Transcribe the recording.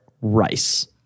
rice